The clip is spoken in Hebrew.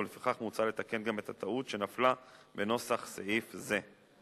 ולפיכך מוצע לתקן גם את הטעות שנפלה בנוסח סעיף זה.